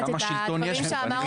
את הדברים שאמר עורך הדין זינגר.